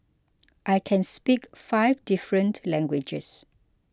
I can speak five different languages